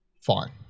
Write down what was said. Fine